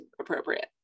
appropriate